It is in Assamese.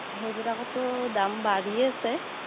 সেইবিলাকতটো দাম বাঢ়িয়ে আছে